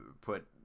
put